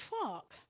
truck